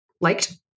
liked